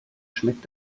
schmeckt